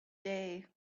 day